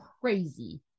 crazy